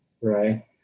right